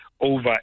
over